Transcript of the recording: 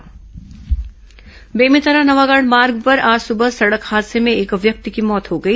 दुर्घटना बेमेतरा नवागढ़ मार्ग पर आज सुबह सड़क हादसे में एक व्यक्ति की मौत हो गई